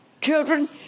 children